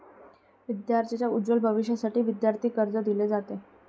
विद्यार्थांच्या उज्ज्वल भविष्यासाठी विद्यार्थी कर्ज दिले जाते